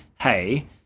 Hey